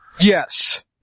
Yes